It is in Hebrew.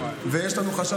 ויש לנו חשש,